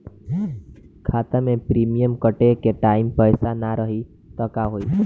खाता मे प्रीमियम कटे के टाइम पैसा ना रही त का होई?